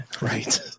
Right